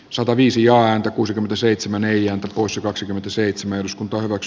sataviisi joan kuusikymmentäseitsemän neljä usa kaksikymmentäseitsemän osku torro z